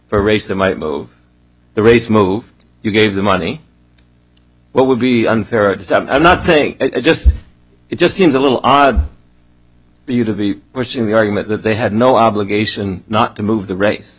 a race that might move the race move you gave the money what would be unfair to them i'm not saying it just it just seems a little odd for you to be pushing the argument that they had no obligation not to move the race